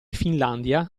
finlandia